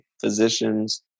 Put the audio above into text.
physicians